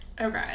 okay